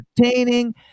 entertaining